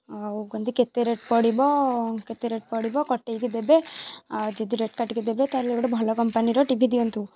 ଆଉ କୁହନ୍ତୁ କେତେ ରେଟ୍ ପଡ଼ିବ କେତେ ରେଟ୍ ପଡ଼ିବ କଟାଇକି ଦେବେ ଆଉ ଯଦି ରେଟ୍ କାଟିକି ଦେବେ ତାହେଲେ ଗୋଟେ ଭଲ କମ୍ପାନୀର ଟିଭି ଦିଅନ୍ତୁ